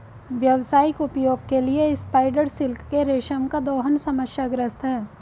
व्यावसायिक उपयोग के लिए स्पाइडर सिल्क के रेशम का दोहन समस्याग्रस्त है